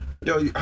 yo